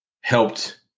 helped